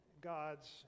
god's